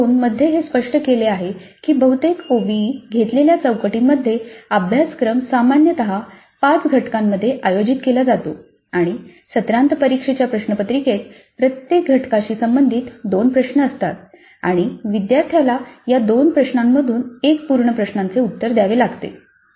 प्रकार 2 येथे हे स्पष्ट केले गेले आहे की बहुतेक ओबीईनी घेतलेल्या चौकटींमध्ये अभ्यासक्रम सामान्यत 5 घटकांमध्ये आयोजित केला जातो आणि सत्रांत परीक्षेच्या प्रश्नपत्रिकेत प्रत्येक घटकाशी संबंधित 2 प्रश्न असतात आणि विद्यार्थ्याला या दोन प्रश्नांमधून एका पूर्ण प्रश्नाचे उत्तर द्यावे लागते